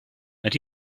and